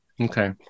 Okay